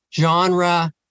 genre